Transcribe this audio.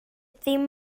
ddim